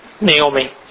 Naomi